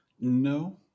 No